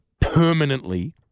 permanently